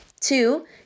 Two